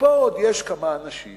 ופה עוד יש כמה אנשים